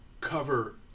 cover